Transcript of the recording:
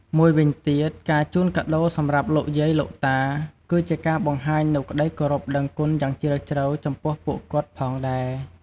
មួយវិញទៀត ការជូនកាដូរសម្រាប់លោកយាយលោកតា គឺជាការបង្ហាញនូវក្តីគោរពដឹងគុណយ៉ាងជ្រាលជ្រៅចំពោះពួកគាត់ ផងដែរ។